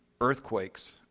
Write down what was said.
earthquakes